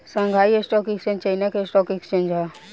Shanghai stock exchange China के stock exchange ह